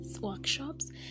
workshops